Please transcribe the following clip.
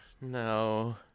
no